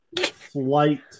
flight